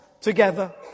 together